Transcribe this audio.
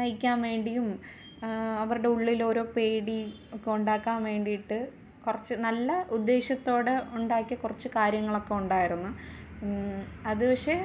നയിക്കാൻ വേണ്ടിയും അവരുടെ ഉള്ളിലോരോ പേടി ഒക്കെ ഉണ്ടാക്കാൻ വേണ്ടിയിട്ട് കുറച്ച് നല്ല ഉദ്ദേശ്യത്തോടെ ഉണ്ടാക്കിയ കുറച്ച് കാര്യങ്ങളൊക്ക ഉണ്ടായിരുന്നു അത് പക്ഷേ